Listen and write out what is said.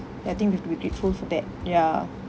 ya I think we've to be grateful for that ya